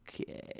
Okay